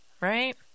right